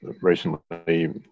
recently